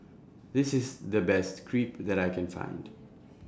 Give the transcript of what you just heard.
This IS The Best Crepe that I Can Find